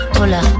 hola